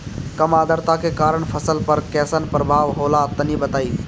कम आद्रता के कारण फसल पर कैसन प्रभाव होला तनी बताई?